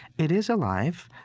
it is alive.